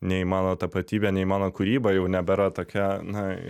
nei mano tapatybė nei mano kūryba jau nebėra tokia na